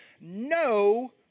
no